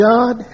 God